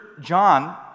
John